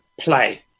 play